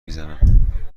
میزنم